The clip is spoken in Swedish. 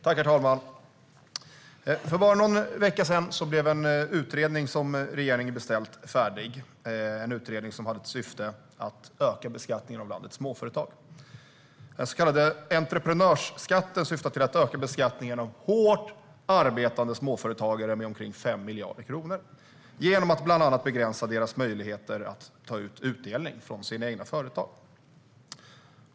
Herr talman! För bara någon vecka sedan blev en utredning som regeringen beställt färdig. Det är en utredning som har till syfte att öka beskattningen av landets småföretag. Den så kallade entreprenörsskatten syftar till att öka beskattningen av hårt arbetande småföretagare med omkring 5 miljarder kronor genom att bland annat begränsa deras möjligheter att ta ut utdelning från sina egna företag.